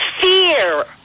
fear